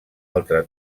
altra